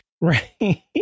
right